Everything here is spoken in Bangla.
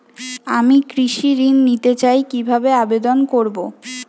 আমি কৃষি ঋণ নিতে চাই কি ভাবে আবেদন করব?